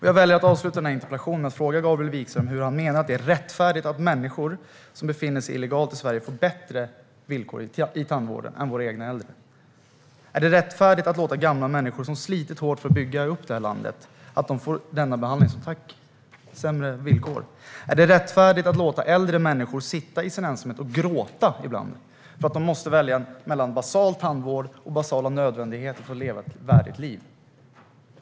Jag väljer att avsluta interpellationsdebatten med att fråga Gabriel Wikström hur han menar att det är rättfärdigt att människor som befinner sig illegalt i Sverige får bättre villkor i tandvården än våra egna äldre. Är det rättfärdigt att låta gamla människor som slitit hårt för att bygga upp landet få denna behandling, sämre villkor, som tack? Är det rättfärdigt att låta äldre människor sitta i sin ensamhet och ibland gråta för att de måste välja mellan basal tandvård och basala nödvändigheter för att leva ett värdigt liv?